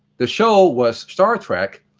the show was star trek,